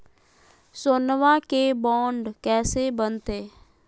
सोनमा के बॉन्ड कैसे बनते?